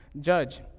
Judge